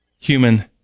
human